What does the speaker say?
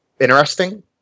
interesting